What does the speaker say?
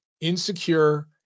insecure